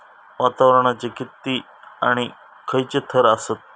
वातावरणाचे किती आणि खैयचे थर आसत?